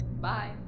Bye